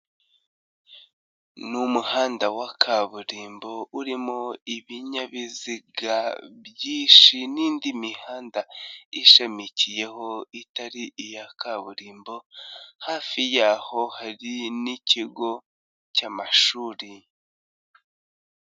Ni umuhanda wa kaburimbo urimo ibinyabiziga byinshi n'indi mihanda ishamikiyeho itari iya kaburimbo, hafi yaho hari n'ikigo cy'amashuri.